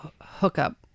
hookup